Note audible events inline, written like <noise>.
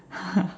<laughs>